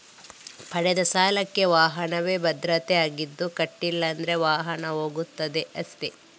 ಪಡೆದ ಸಾಲಕ್ಕೆ ವಾಹನವೇ ಭದ್ರತೆ ಆಗಿದ್ದು ಕಟ್ಲಿಲ್ಲ ಅಂದ್ರೆ ವಾಹನ ಹೋಗ್ತದೆ ಅಷ್ಟೇ